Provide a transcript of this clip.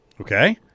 Okay